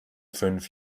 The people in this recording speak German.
fünf